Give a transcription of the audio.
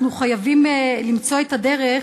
אנחנו חייבים למצוא את הדרך,